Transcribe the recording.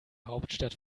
hauptstadt